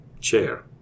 chair